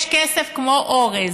יש כסף כמו אורז.